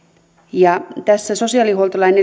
tässä sosiaalihuoltolain